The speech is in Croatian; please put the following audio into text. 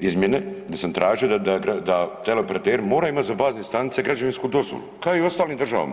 izmjene, gdje sam tražio da teleoperateri moraju imati za bazne stanice građevinsku dozvolu, kao i u ostalim državama.